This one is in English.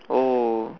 oh